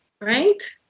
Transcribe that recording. Right